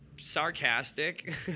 sarcastic